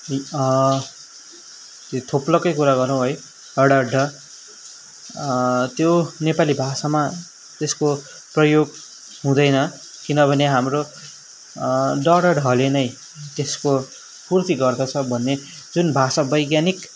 यो थोप्लोकै कुरा गरौँ है ड ढ त्यो नेपाली भाषामा त्यसको प्रयोग हुँदैन किनभने हाम्रो ड र ढले नै त्यसको पुर्ति गर्दछ भन्ने जुन भाषा वैज्ञानिक